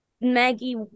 Maggie